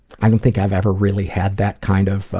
i don't think i've ever really had that kind of